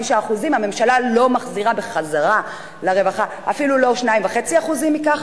5% והממשלה לא מחזירה בחזרה לרווחה אפילו לא 2.5% מכך,